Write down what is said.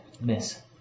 miss